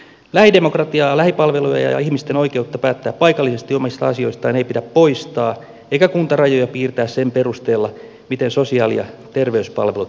lähidemokratiaa lähipalveluja ja ihmisten oikeutta päättää paikallisesti omista asioistaan ei pidä poistaa eikä kuntarajoja piirtää sen perusteella miten sosiaali ja terveyspalvelut järjestetään